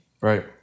right